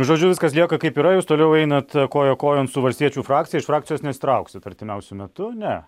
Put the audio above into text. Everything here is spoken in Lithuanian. žodžiu viskas lieka kaip yra jūs toliau einat koja kojon su valstiečių frakcija iš frakcijos nesitrauksit artimiausiu metu ne